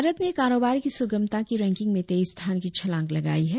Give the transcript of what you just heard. भारत ने कारोबार की सुगमता की रैंकिंग में तेईस स्थान की छलांग लगाई है